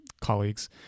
colleagues